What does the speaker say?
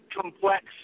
complex